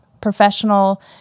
professional